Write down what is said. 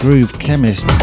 Groove-Chemist